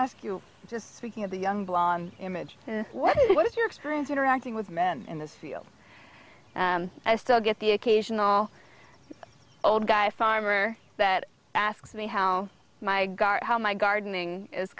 ask you just speaking of the young blonde image what was your experience interacting with men in this field i still get the occasional old guy a farmer that asks me how my guard how my gardening is